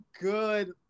good